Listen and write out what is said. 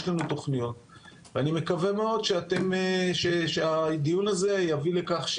יש לנו תוכניות ואני מקווה מאוד שהדיון הזה יביא לכך,